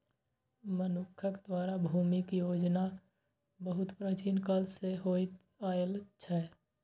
मनुक्ख द्वारा भूमिक उपयोग बहुत प्राचीन काल सं होइत आयल छै